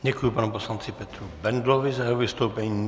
Děkuji panu poslanci Petru Bendlovi za jeho vystoupení.